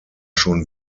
schon